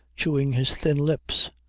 chewing his thin lips.